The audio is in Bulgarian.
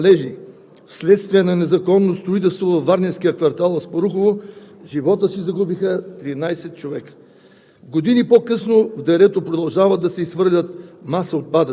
Помним, през 2014 г. след поройни валежи вследствие на незаконно строителство във варненския квартал „Аспарухово“ живота си загубиха 13 човека.